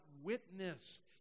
witness